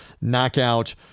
knockout